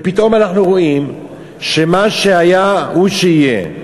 ופתאום אנחנו רואים שמה שהיה הוא שיהיה: